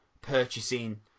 purchasing